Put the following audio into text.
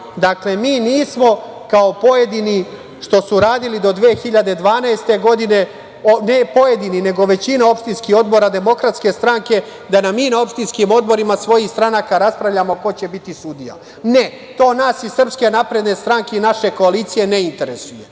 Dakle, mi nismo kao pojedini što su radili do 2012. godine, ne pojedini, nego većina opštinskih odbora DS, da na opštinskim odborima svojih stranaka raspravljamo ko će biti sudija. Ne, to nas iz SNS i naše koalicije ne interesuje.